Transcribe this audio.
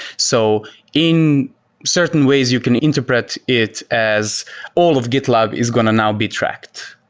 so in certain ways, you can interpret it as all of gitlab is going to now be tracked.